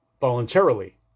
voluntarily